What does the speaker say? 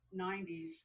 90s